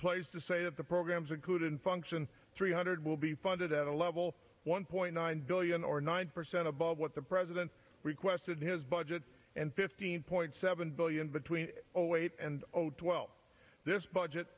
pleased to say that the programs including function three hundred will be funded at a level one point nine billion or nine percent above what the president requested in his budget and fifteen point seven billion between overweight and twelve this budget